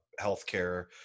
healthcare